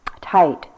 tight